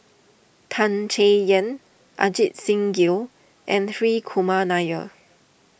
Tan Chay Yan Ajit Singh Gill and Hri Kumar Nair